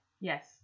Yes